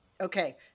Okay